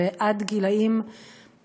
ועד גיל עשר,